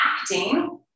acting